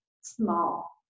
small